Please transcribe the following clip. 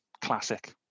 classic